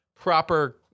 proper